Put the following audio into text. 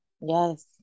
Yes